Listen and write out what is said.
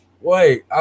wait